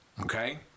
okay